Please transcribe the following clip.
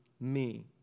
me